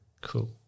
Cool